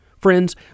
Friends